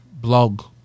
blog